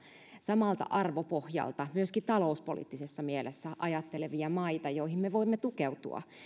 samalta arvopohjalta myöskin talouspoliittisessa mielessä ajattelevia maita joihin me voimme tukeutua